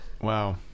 Wow